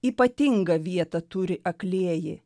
ypatingą vietą turi aklieji